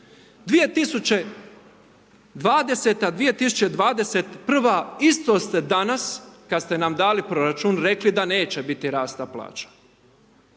2020, 2021. isto ste danas kada ste nam dali proračun rekli da neće biti rasta plaća.